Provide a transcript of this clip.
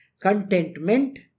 contentment